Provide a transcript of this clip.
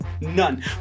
None